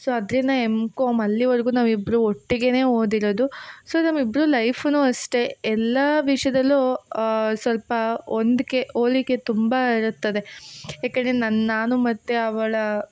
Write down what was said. so ಅಂದರಿಂದ M Com ಅಲ್ಲಿವರ್ಗೂ ನಾವಿಬ್ರೂ ಒಟ್ಟಿಗೇ ಓದಿರೋದು ಸೊ ನಮ್ಮ ಇಬ್ರ ಲೈಫೂ ಅಷ್ಟೇ ಎಲ್ಲ ವಿಷಯದಲ್ಲೂ ಸ್ವಲ್ಪ ಹೊಂದಕೆ ಹೋಲಿಕೆ ತುಂಬ ಇರುತ್ತದೆ ಏಕಂದ್ರೆ ನಾನು ಮತ್ತು ಅವಳ